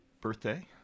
birthday